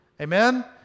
Amen